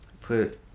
Put